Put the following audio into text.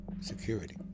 security